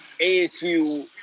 ASU